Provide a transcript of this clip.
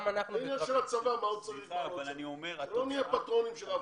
לא נהיה פטרונים של אף אחד.